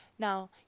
Now